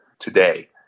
today